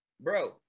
bro